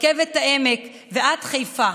רכבת העמק ועד חיפה.